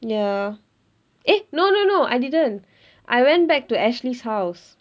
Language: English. ya eh no no no I didn't I went back to ashley's house